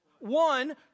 One